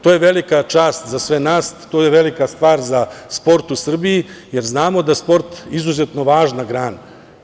To je velika čast za sve nas, to je velika stvar za sport u Srbiji, jer znamo da je sport izuzetno važna grana.